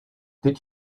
did